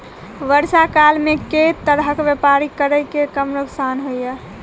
वर्षा काल मे केँ तरहक व्यापार करि जे कम नुकसान होइ?